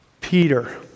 Peter